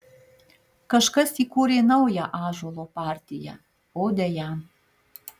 kažkas įkūrė naują ąžuolo partiją odę jam